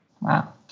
Wow